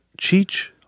cheech